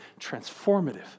transformative